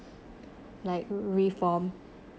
like reform